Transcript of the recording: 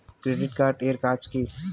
Credit card এর কাজ কি?